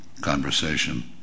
conversation